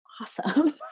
awesome